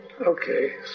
okay